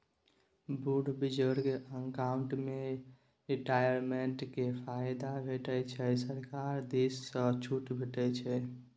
बुढ़ बुजुर्ग अकाउंट मे रिटायरमेंट केर फायदा भेटै छै सरकार दिस सँ छुट भेटै छै